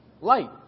Light